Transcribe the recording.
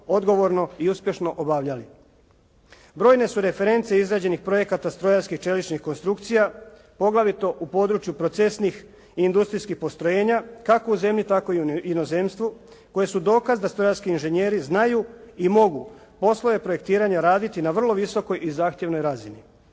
odgovorno i uspješno obavljali. Brojne su reference izrađenih projekata strojarskih i čeličnih konstrukcija poglavito u području procesnih i industrijskih postrojenja kako u zemlji tako i u inozemstvu koje su dokaz da strojarski inženjeri znaju i mogu poslove projektiranja raditi na vrlo visokoj i zahtjevnoj razini.